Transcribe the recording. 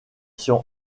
sont